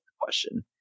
question